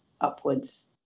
upwards